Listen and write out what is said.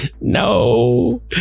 no